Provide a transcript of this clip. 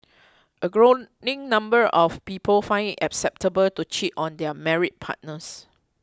a growing number of people find it acceptable to cheat on their married partners